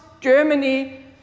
Germany